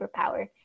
superpower